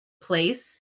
place